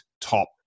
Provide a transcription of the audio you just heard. top